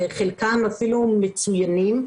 וחלקם אפילו מצוינים,